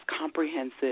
comprehensive